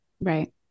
right